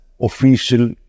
official